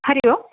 Hari Om